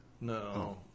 No